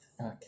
Okay